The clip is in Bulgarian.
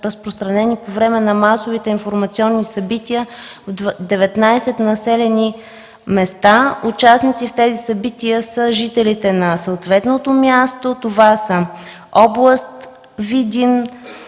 разпространени по време на масовите информационни събития в 19 населени места. Участници в тези събития са жителите на съответното място. Това са областите: Видин,